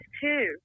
two